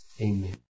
Amen